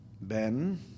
Ben